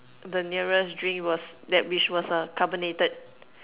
the nearest drink was that which was a carbonated